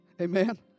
Amen